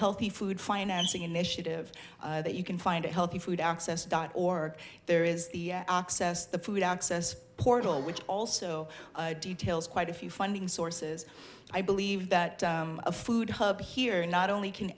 healthy food financing initiative that you can find a healthy food access dot org there is the access the food access portal which also details quite a few funding sources i believe that a food hub here not only can